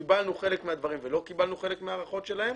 קיבלנו חלק מהדברים ולא קיבלנו חלק מההערכות שלהן.